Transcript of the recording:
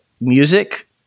music